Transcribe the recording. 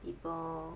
people